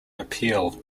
appeal